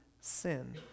sin